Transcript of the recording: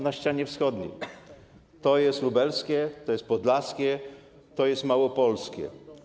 Na ścianie wschodniej, to jest lubelskie, to jest podlaskie, to jest małopolskie.